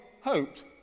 hoped